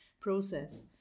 process